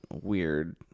weird